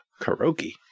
Karaoke